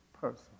person